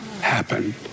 happen